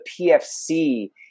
PFC